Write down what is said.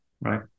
right